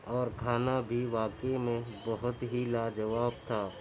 اور کھانا بھی واقعی میں بہت ہی لا جواب تھا